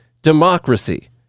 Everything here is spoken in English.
democracy